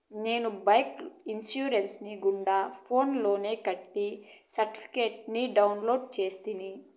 నేను బైకు ఇన్సూరెన్సుని గూడా ఫోన్స్ లోనే కట్టి సర్టిఫికేట్ ని డౌన్లోడు చేస్తిని